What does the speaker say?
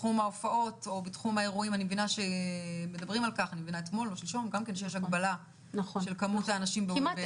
בתחום האירועים מדברים על כך שיש הגבלה במספר האנשים במקום סגור.